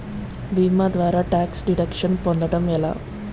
భీమా ద్వారా tax deduction పొందటం ఎలా?